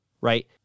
right